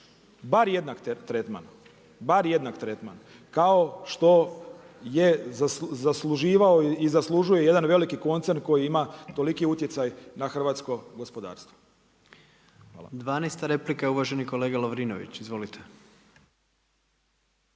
jednak tretman, bar jednak tretman kao što je zasluživao i zaslužuje jedan veliki koncern koji ima toliki utjecaj na hrvatsko gospodarstvo. **Jandroković, Gordan (HDZ)** 12. replika uvaženi kolega Lovrinović. Izvolite.